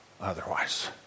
otherwise